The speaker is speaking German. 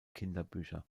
kinderbücher